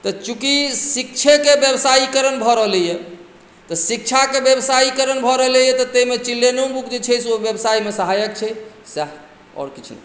तऽ चूँकि शिक्षेके व्यवसायीकरण भऽ रहलैए तऽ शिक्षाके व्यवसायीकरण भऽ रहलैए तऽ ताहिमे चिल्ड्रेनो बुक जे छै से ओहिमे सहायक छै सएह आओर किछु नहि